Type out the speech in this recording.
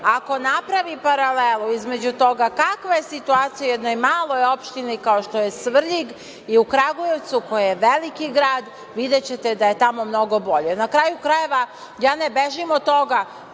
ako napravi paralelu između toga kakva je situacija u jednoj maloj opštini kao što je Svrljig i u Kragujevcu koji je veliki grad, videćete da je tamo mnogo bolje. Na kraju krajeva, ja ne bežim od toga,